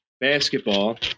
basketball